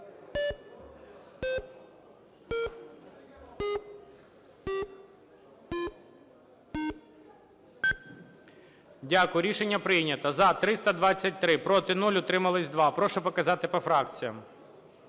Дякую. Рішення прийнято. За – 323, проти – 0, утримались – 2. Прошу показати по фракціях.